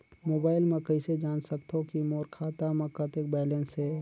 Mobile म कइसे जान सकथव कि मोर खाता म कतेक बैलेंस से?